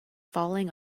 falling